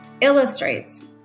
illustrates